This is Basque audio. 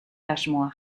asmoa